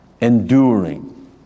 enduring